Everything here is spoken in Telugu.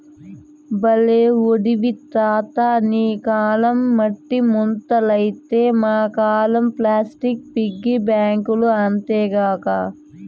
బల్లే ఓడివి తాతా నీ కాలంల మట్టి ముంతలైతే మా కాలంల ప్లాస్టిక్ పిగ్గీ బాంకీలు అంతేగా